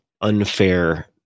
unfair